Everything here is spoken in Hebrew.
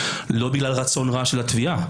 לא בגלל רצון רע של התביעה,